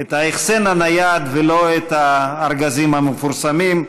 את ההחסן הנייד ולא את הארגזים המפורסמים,